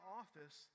office